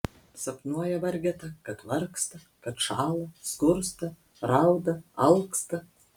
sapnuoja vargeta kad vargsta kad šąla skursta rauda alksta